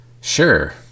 Sure